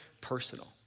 personal